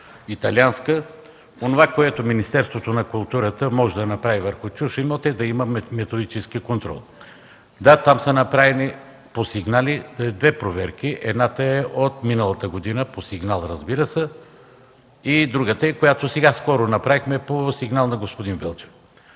италианска фирма. Онова, което Министерството на културата може да направи върху чужд имот, е да има методически контрол. Да, там са направени по сигнали две проверки. Едната проверка е от миналата година, по сигнал разбира се. Другата проверка е тази, която скоро направихме, по сигнал на господин Велчев.